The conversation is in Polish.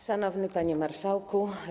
Szanowny Panie Marszałku!